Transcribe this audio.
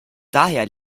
daher